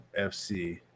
FC